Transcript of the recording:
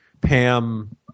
Pam